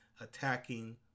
attacking